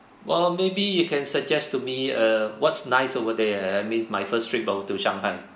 well maybe you can suggest to me uh what's nice over there I mean my first trip to shanghai